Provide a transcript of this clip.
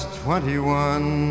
twenty-one